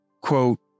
quote